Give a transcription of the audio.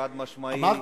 חד-משמעי,